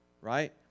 Right